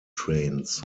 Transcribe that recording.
trains